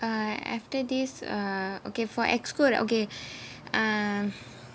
uh after this err okay for executive committee okay um